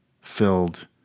filled